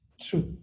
True